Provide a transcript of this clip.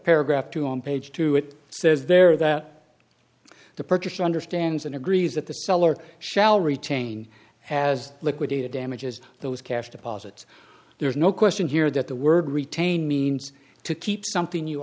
paragraph two on page two it says there that the purchase understands and agrees that the seller shall retain has liquidated damages those cash deposits there's no question here that the word retain means to keep something you